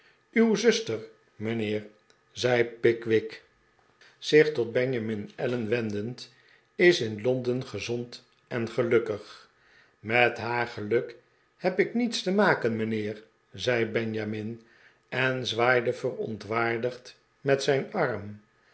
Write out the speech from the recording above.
uw zuster mijnheer zei pickwick zich de pickwick club tot benjamin allen wendend is in londen gezond en gelukkig met haar geluk heb ik niets te maken mijnheer zei benjamin en zwaaide verontwaardigd met zijn arm